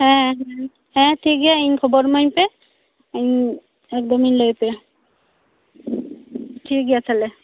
ᱦᱮᱸ ᱦᱮᱸ ᱴᱷᱤᱠ ᱜᱮᱭᱟ ᱤᱧ ᱠᱷᱚᱵᱚᱨ ᱤᱢᱟᱹᱧ ᱯᱮ ᱤᱧ ᱮᱠᱫᱚᱢᱤᱧ ᱞᱟᱹᱭ ᱟᱯᱮᱭᱟ ᱴᱷᱤᱠ ᱜᱮᱭᱟ ᱛᱟᱦᱚᱞᱮ